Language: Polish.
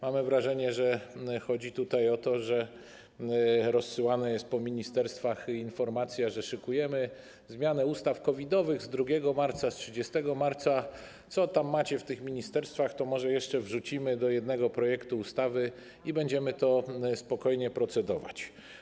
Mamy wrażenie, że chodzi tutaj o to, że rozsyłana jest po ministerstwach informacja, że szykujemy zmianę ustaw COVID-owych z 2 marca, z 30 marca, co tam macie w tych ministerstwach, to może jeszcze wrzucimy do jednego projektu ustawy i będziemy nad tym spokojnie procedować.